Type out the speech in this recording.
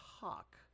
Hawk